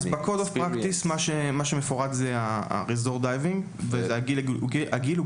נמצא שהגיל המינימאלי משתנה ממדינה למדינה